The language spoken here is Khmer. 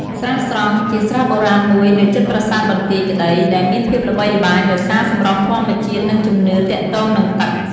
ស្រះស្រង់ ជាស្រះបុរាណមួយនៅជិតប្រាសាទបន្ទាយក្តី ដែលមានភាពល្បីល្បាញដោយសារសម្រស់ធម្មជាតិ និងជំនឿទាក់ទងនឹងទឹក។